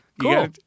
Cool